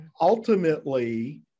ultimately